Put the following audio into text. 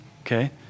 okay